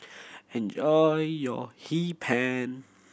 enjoy your Hee Pan